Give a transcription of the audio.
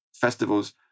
festivals